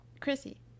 Chrissy